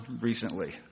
recently